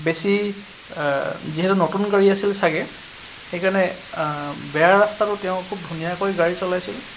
বেছি যিহেতু নতুন গাড়ী আছিল চাগে সেইকাৰণে বেয়া ৰাস্তাটো তেওঁ খুব ধুনীয়াকৈ গাড়ী চলাইছিল